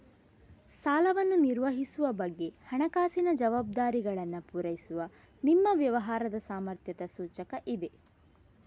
ಸಾಲವನ್ನು ನಿರ್ವಹಿಸುವ ಬಗ್ಗೆ ಹಣಕಾಸಿನ ಜವಾಬ್ದಾರಿಗಳನ್ನ ಪೂರೈಸುವ ನಿಮ್ಮ ವ್ಯವಹಾರದ ಸಾಮರ್ಥ್ಯದ ಸೂಚಕ ಇದೆ